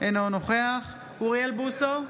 אינו נוכח אוריאל בוסו,